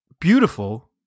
beautiful